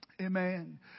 Amen